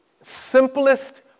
simplest